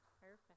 Perfect